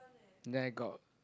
then I got